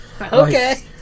Okay